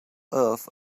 earth